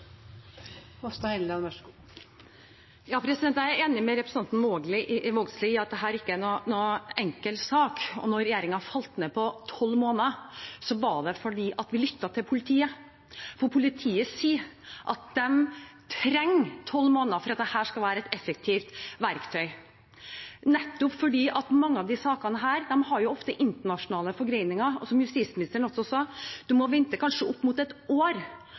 enig med representanten Vågslid i at dette ikke er noen enkel sak. Når regjeringen falt ned på tolv måneder, var det fordi vi lyttet til politiet. Politiet sier at de trenger tolv måneder for at dette skal være et effektivt verktøy, fordi mange av disse sakene ofte har internasjonale forgreninger, og som justisministeren også sa, må man vente kanskje opp mot ett år